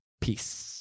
Peace